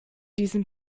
diesem